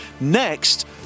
next